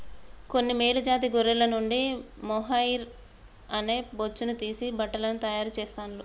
కొన్ని మేలు జాతి గొర్రెల నుండి మొహైయిర్ అనే బొచ్చును తీసి బట్టలను తాయారు చెస్తాండ్లు